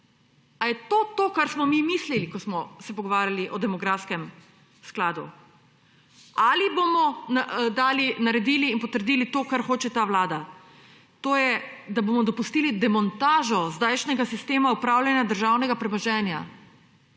Ali je to, to, kar smo mi mislili, ko smo se pogovarjali o demografskem skladu? Ali bomo dali, naredili in potrdili to, kar hoče ta Vlada? To je, da bomo dopustili demontažo zdajšnjega sistema upravljanja državnega premoženja.